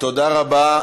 תודה רבה.